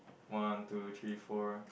one two three four